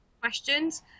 questions